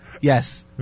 yes